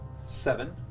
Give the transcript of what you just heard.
Seven